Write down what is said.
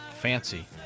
Fancy